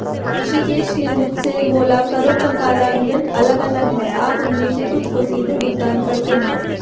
ऋषिकेश ने मुझसे बोला करों का कार्यान्वयन अलग अलग है आप उनमें से कुछ को सीधे भुगतान करते हैं